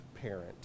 parent